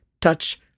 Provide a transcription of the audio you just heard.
touch